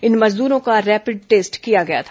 इन मजदूरों का rapid test किया गया था